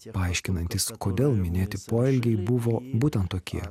paaiškinantys kodėl minėti poelgiai buvo būtent tokie